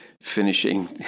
finishing